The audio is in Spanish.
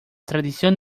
tradición